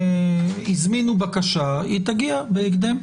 הזמינו בקשה היא תגיע בהקדם.